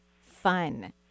fun